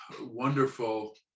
wonderful